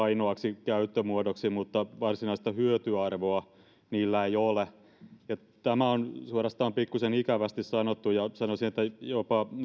ainoaksi käyttömuodoksi mutta varsinaista hyötyarvoa niillä ei ole tämä on suorastaan pikkuisen ikävästi sanottu ja sanoisin että jopa